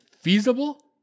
feasible